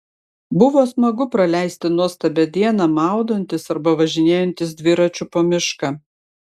buvo smagu praleisti nuostabią dieną maudantis arba važinėjantis dviračiu po mišką